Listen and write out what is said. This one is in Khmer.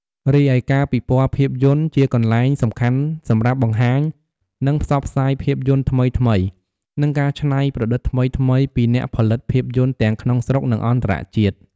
រីឯការពិព័រណ៍ភាពយន្តជាកន្លែងសំខាន់សម្រាប់ បង្ហាញ និងផ្សព្វផ្សាយភាពយន្តថ្មីៗ និងការច្នៃប្រឌិតថ្មីៗ ពីអ្នកផលិតភាពយន្តទាំងក្នុងស្រុក និងអន្តរជាតិ។